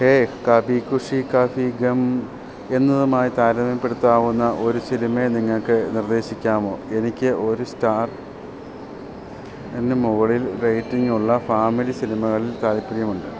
ഹേ കഭി ഖുശി കഭി ഗം എന്നതുമായി താരതമ്യപ്പെടുത്താവുന്ന ഒരു സിനിമയെ നിങ്ങള്ക്ക് നിർദ്ദേശിക്കാമോ എനിക്ക് ഒരു സ്റ്റാറിന് മുകളിൽ റേറ്റിങ്ങുള്ള ഫാമിലി സിനിമകളിൽ താൽപ്പര്യമുണ്ട്